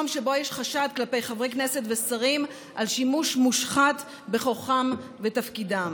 מקום שבו יש חשד כלפי חברי כנסת ושרים על שימוש מושחת בכוחם ותפקידם.